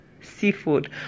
seafood